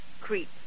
creep